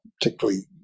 particularly